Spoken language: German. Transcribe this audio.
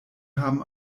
haben